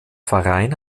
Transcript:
verein